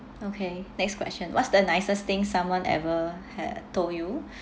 okay next question what's the nicest thing someone ever had told you